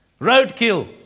Roadkill